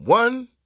One